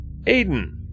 Aiden